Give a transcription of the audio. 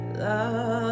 love